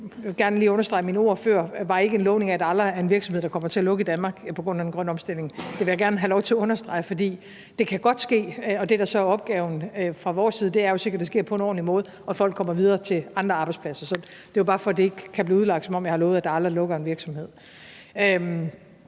Jeg vil gerne lige understrege, at mine ord før ikke var en lovning af, at der aldrig er en virksomhed, som kommer til at lukke i Danmark på grund af den grønne omstilling. Det vil jeg gerne have lov til at understrege, for det kan godt ske, men det, der så er opgaven fra vores side, er at sikre, at det så kommer til at ske på en ordentlig måde, og at folk kommer videre til andre arbejdspladser. Så det var bare, for at det ikke kan blive udlagt, som om at jeg har lovet, at der aldrig lukker en virksomhed.